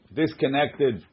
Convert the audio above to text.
disconnected